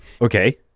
okay